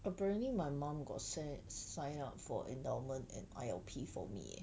apparently my mom got send sign up for endowment and I_L_P for me leh